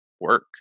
work